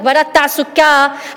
הגברת תעסוקה,